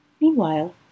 Meanwhile